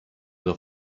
the